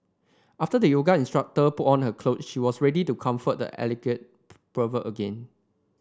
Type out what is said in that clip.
after the yoga instructor put on her clothe she was ready to confront the alleged pervert again